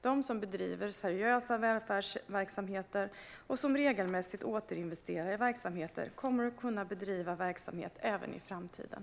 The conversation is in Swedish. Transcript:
De som bedriver seriösa välfärdsverksamheter och som regelmässigt återinvesterar i verksamheten kommer att kunna bedriva verksamhet även i framtiden.